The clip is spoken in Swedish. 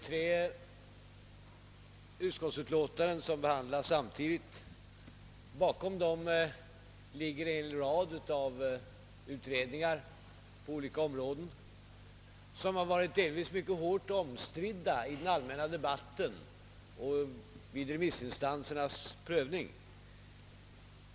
Tre utskottsutlåtanden behandlas samtidigt och bakom ligger en hel rad av utredningar på olika områden, som i den allmänna debatten och vid remissinstansernas prövning delvis varit mycket omstridda.